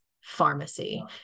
pharmacy